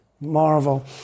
marvel